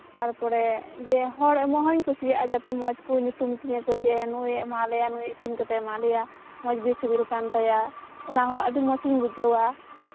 ᱛᱟᱨᱯᱚᱨᱮ ᱡᱮ ᱦᱮᱸ ᱦᱚᱲ ᱮᱢᱚᱜ ᱦᱚᱧ ᱠᱩᱥᱤᱭᱟᱜᱼᱟ ᱡᱟᱛᱮ ᱢᱚᱡᱽ ᱠᱚ ᱧᱩᱛᱩᱢ ᱛᱤᱧᱟ ᱠᱚ ᱡᱮ ᱱᱩᱭᱮ ᱮᱢᱟᱫ ᱞᱮᱭᱟ ᱱᱩᱭ ᱤᱥᱤᱱ ᱠᱟᱛᱮ ᱮᱢᱟᱜ ᱞᱮᱭᱟ ᱢᱚᱡᱽ ᱜᱮ ᱥᱤᱵᱤᱞ ᱠᱟᱱ ᱛᱟᱭᱟ ᱚᱱᱟ ᱦᱚᱸ ᱟᱹᱰᱤ ᱢᱚᱡᱤᱧ ᱵᱩᱡᱷᱟᱹᱣᱟ